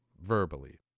verbally